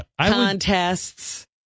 contests